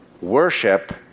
worship